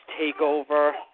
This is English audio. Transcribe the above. Takeover